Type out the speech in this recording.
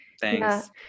thanks